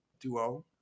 duo